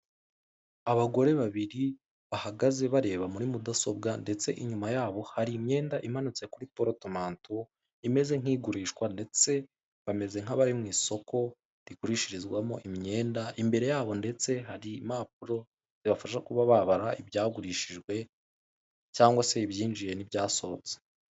Abagore babiri bahagaze bareba muri mudasobwa ndetse inyuma yabo hari imyenda imanitse kuri porutomantu imeze nkigurishwa ndetse bameze nkabari mu isoko rigurishirizwamo imyenda, imbere yabo ndetse hari impapuro zibafasha kuba babara ibyagurishijwe cyangwa se ibyinjiye ni byasohotse.